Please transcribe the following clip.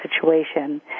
situation